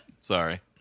Sorry